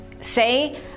say